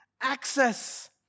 access